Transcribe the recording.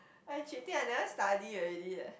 eh she think I never study already eh